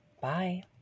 Bye